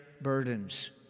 burdens